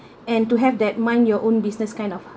and to have that mind your own business kind of